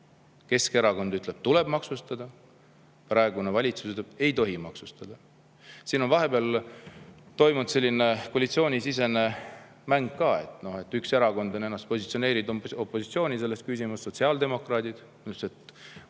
Keskerakond ütleb: tuleb maksustada. Praegune valitsus ütleb: ei tohi maksustada. Siin on vahepeal toimunud selline koalitsioonisisene mäng ka. Üks erakond on ennast positsioneerinud opositsiooni selles küsimus. Sotsiaaldemokraadid: "Kui oleks teine